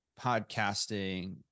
podcasting